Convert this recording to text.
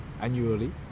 annually